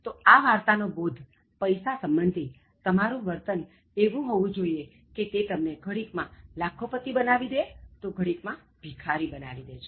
તો આ વાર્તા નો બોધ પૈસા સંબંધી તમારું વર્તન એવું હોવું જોઇએ તે તમને ઘડીક માં લાખોપતિ બનાવી દે તો ઘડીકમાં ભિખારી બનાવી દે છે